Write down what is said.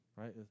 right